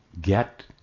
get